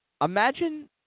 imagine